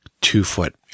two-foot